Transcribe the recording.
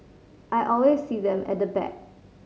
I always see them at the back